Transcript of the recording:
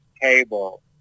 table